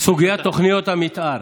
סוגיית תוכניות המתאר.